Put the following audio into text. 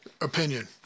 opinion